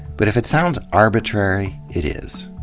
but if it sounds arbitrary, it is.